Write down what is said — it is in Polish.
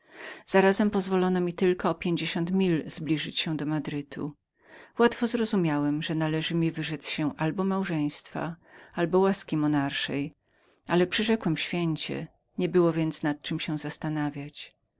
zarazem niepozwolono mi jak o pięćdziesiąt mil zbliżać się do madrytu łatwo zrozumiałem że należało mi wyrzec się albo małżeństwa albo łaski monarszej ale przyrzekłem świecieświęcie niebyło więc nad czem się zastanawiać